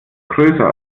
größer